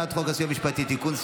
הצעת חוק הסיוע המשפטי (תיקון,